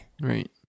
Right